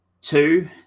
Two